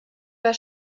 war